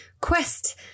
quest